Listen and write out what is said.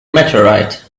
meteorite